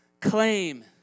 claim